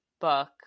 book